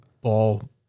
ball